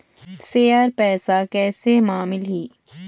Share पैसा कैसे म मिलही?